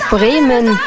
Bremen